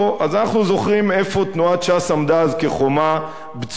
אז אנחנו זוכרים איפה תנועת ש"ס עמדה אז כחומה בצורה.